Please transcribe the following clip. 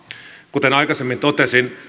kuten aikaisemmin totesin